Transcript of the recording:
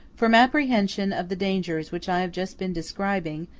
from apprehension of the dangers which i have just been describing,